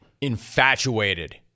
Infatuated